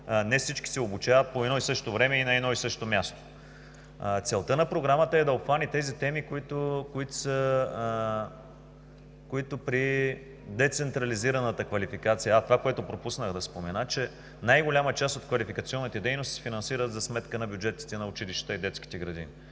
не всички се обучават по едно и също време и на едно и също място. Целта на Програмата е да обхване тези теми, които при децентрализираната квалификация… Това, което пропуснах да спомена, е, че най-голяма част от квалификационните дейности се финансират за сметка на бюджетите на училищата и детските градини.